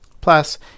Plus